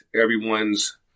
everyone's